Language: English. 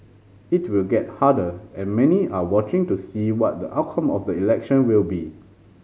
it will get harder and many are watching to see what the outcome of the election will be